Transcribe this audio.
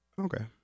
Okay